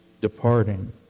departing